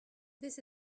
this